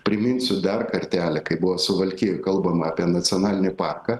priminsiu dar kartelį kai buvo suvalkijoj kalbama apie nacionalinį parką